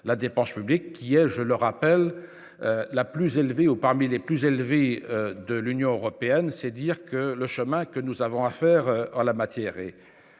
la dépense publique qui est, je le rappelle, la plus élevée au parmi les plus élevés de l'Union européenne, c'est dire que le chemin que nous avons à faire en la matière et